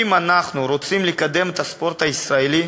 אם אנחנו רוצים לקדם את הספורט הישראלי,